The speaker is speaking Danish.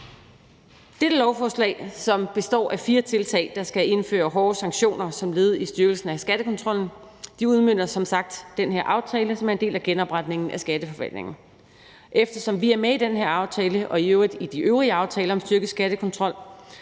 Dette lovforslag, som består af fire tiltag, der skal indføre hårde sanktioner som led i styrkelsen af skattekontrollen, udmønter som sagt den her aftale, som er en del af genopretningen af Skatteforvaltningen. Eftersom vi er med i den her aftale og i øvrigt i de øvrige aftaler om styrket skattekontrol,